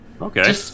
Okay